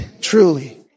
truly